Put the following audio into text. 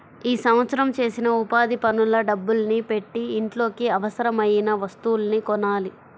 ఈ సంవత్సరం చేసిన ఉపాధి పనుల డబ్బుల్ని పెట్టి ఇంట్లోకి అవసరమయిన వస్తువుల్ని కొనాలి